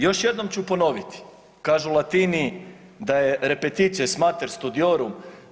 Još jednom ću ponoviti, kažu Latini da je repetitio est mater studiorum.